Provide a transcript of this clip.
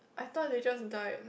I thought they just died